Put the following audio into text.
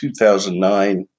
2009